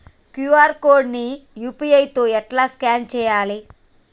QR code ని UPI తోని ఎట్లా స్కాన్ చేయాలి?